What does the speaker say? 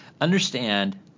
understand